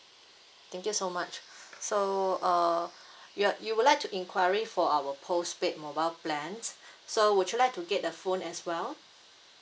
thank you so much so uh you are you would like to enquiry for our postpaid mobile plan so would you like to get a phone as well